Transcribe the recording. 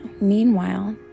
meanwhile